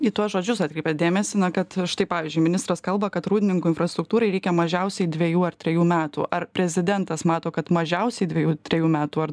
į tuos žodžius atkreipė dėmesį na kad štai pavyzdžiui ministras kalba kad rūdininkų infrastruktūrai reikia mažiausiai dvejų ar trejų metų ar prezidentas mato kad mažiausiai dvejų trejų metų ar